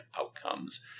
outcomes